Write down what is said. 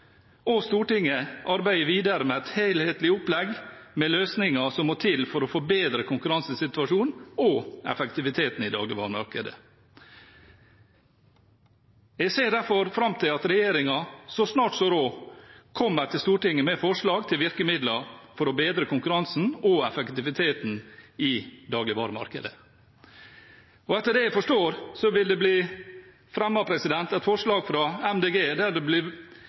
og Stortinget arbeide videre med et helhetlig opplegg med løsninger som må til for å forbedre konkurransesituasjonen og effektiviteten i dagligvaremarkedet. Jeg ser derfor fram til at regjeringen så snart som mulig kommer til Stortinget med forslag til virkemidler for å bedre konkurransen og effektiviteten i dagligvaremarkedet. Etter det jeg forstår, vil det fra Miljøpartiet De Grønne bli fremmet et forslag som gjelder konkurranseloven, om at det